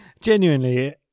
Genuinely